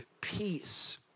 peace